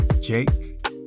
Jake